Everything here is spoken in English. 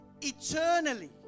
eternally